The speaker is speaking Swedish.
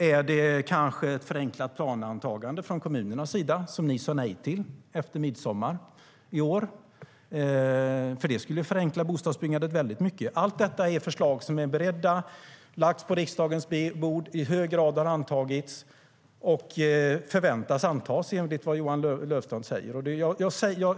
Är det kanske ett förenklat planantagande från kommunernas sida, som ni sa nej till efter midsommar i år? Det skulle förenkla bostadsbyggandet väldigt mycket. Allt detta är förslag som är beredda, har lagts på riksdagens bord och i hög grad har antagits och förväntas antas, enligt vad Johan Löfstrand säger.